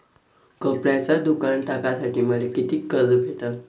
कपड्याचं दुकान टाकासाठी मले कितीक कर्ज भेटन?